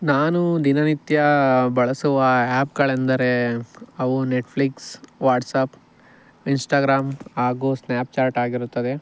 ನಾನು ದಿನನಿತ್ಯ ಬಳಸುವ ಆ್ಯಪ್ಗಳೆಂದರೆ ಅವು ನೆಟ್ಫ್ಲಿಕ್ಸ್ ವಾಟ್ಸಾಪ್ ಇನ್ಷ್ಟಾಗ್ರಾಮ್ ಹಾಗು ಸ್ನ್ಯಾಪ್ಚಾರ್ಟ್ ಆಗಿರುತ್ತದೆ